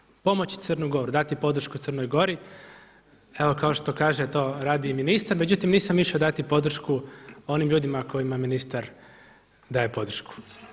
Išao sam ondje pomoći Crnu Goru, dati podršku Crnoj Gori, evo kao što kaže to radi i ministar, međutim nisam išao dati podršku onim ljudima kojima ministar daje podršku.